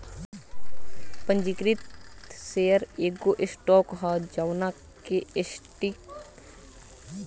पंजीकृत शेयर एगो स्टॉक ह जवना के सटीक मालिक के नाम पर पंजीकृत होखेला